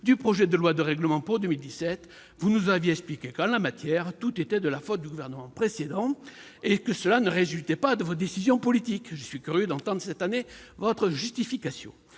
du projet de loi de règlement pour 2017, vous nous aviez expliqué qu'en la matière, tout était de la faute du gouvernement précédent et que cela ne résultait pas de vos décisions politiques. C'est vrai ! Je suis curieux d'entendre cette année votre justification